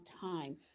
time